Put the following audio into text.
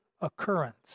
occurrence